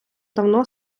давно